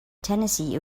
tennessee